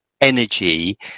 energy